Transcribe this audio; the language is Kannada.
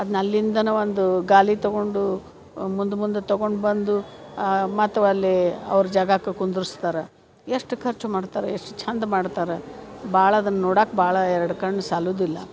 ಅದ್ನ ಅಲ್ಲಿಂದನೇ ಒಂದು ಗಾಲಿ ತಗೊಂಡು ಮುಂದೆ ಮುಂದೆ ತಗೊಂಡು ಬಂದು ಮತ್ತು ವಲ್ಲಿ ಅವ್ರ ಜಗಾಕ್ಕೆ ಕುಂದುರ್ಸ್ತಾರೆ ಎಷ್ಟು ಖರ್ಚು ಮಾಡ್ತಾರ ಎಷ್ಟು ಚಂದ ಮಾಡ್ತಾರ ಭಾಳ ಅದನ್ನು ನೋಡಕ್ಕ ಭಾಳ ಎರಡು ಕಣ್ಣು ಸಾಲುವುದಿಲ್ಲ